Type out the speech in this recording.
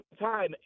time